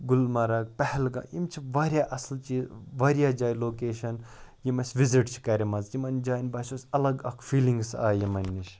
گُلمرٕگ پہلگام یِم چھِ واریاہ اَصٕل چھِ یہِ واریاہ جایہِ لوکیشَن یِم اَسہِ وِزِٹ چھِ کَرِ مَژٕ یِمَن جایَن باسیو اَسہِ اَلگ اَکھ فیٖلِنٛگٕس آیہِ یِمَن نِش